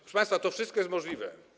Proszę państwa, to wszystko jest możliwe.